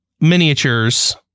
miniatures